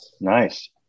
nice